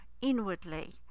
inwardly